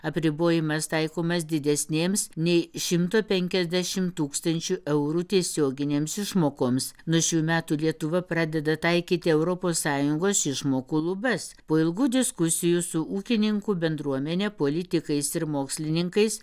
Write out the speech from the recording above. apribojimas taikomas didesnėms nei šimto penkiasdešim tūkstančių eurų tiesioginėms išmokoms nuo šių metų lietuva pradeda taikyti europos sąjungos išmokų lubas po ilgų diskusijų su ūkininkų bendruomene politikais ir mokslininkais